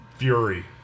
Fury